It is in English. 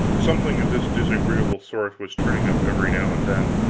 something of this disagreeable sort was turning up every now and then.